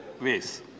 ways